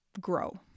grow